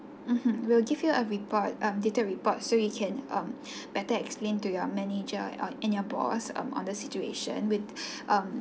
mmhmm we'll give you a report um detailed reports so you can um better explain to your manager um and your boss um on the situation with um